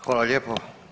Hvala lijepo.